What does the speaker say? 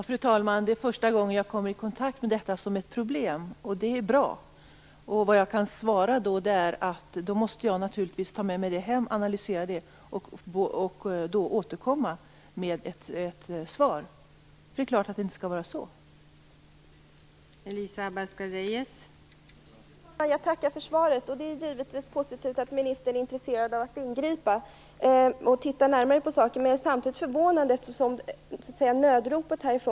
Fru talman! Det är första gången jag kommer i kontakt med detta som problem. Det är bra. Vad jag kan svara är att jag naturligtvis måste ta med mig det här hem, analysera det och återkomma med ett svar. Det är klart att det inte skall vara så som Elisa Abascal Reyes säger.